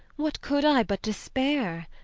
what could i but despair?